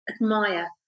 admire